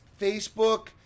Facebook